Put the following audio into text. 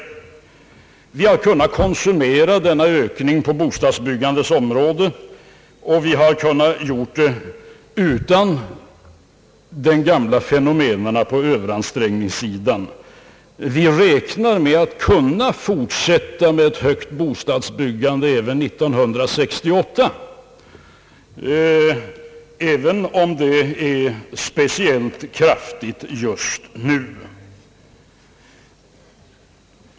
Vi har kunnat konsumera denna ökning på bostadsbyggandets område utan de gamla fenomenen på överansträngningssidan. Vi räknar med att kunna fortsätta med ett högt bostadsbyggande även 1968, även om byggandet är speciellt kraftigt just nu.